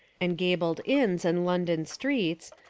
and gabled inns and london streets,